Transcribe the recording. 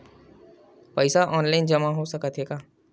पईसा ऑनलाइन जमा हो साकत हे का?